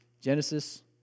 Genesis